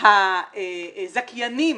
הזכיינים